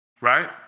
Right